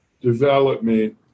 development